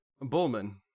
Bullman